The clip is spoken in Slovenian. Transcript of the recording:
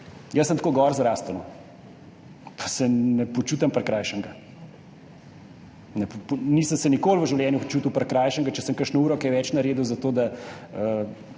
Jaz sem tako gor zrastel, pa se ne počutim prikrajšanega, nikoli se nisem v življenju počutil prikrajšanega, če sem kakšno uro več naredil zato, da